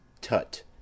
tut